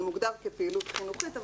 זה מוגדר כפעילות חינוכית,